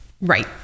Right